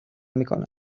میکنن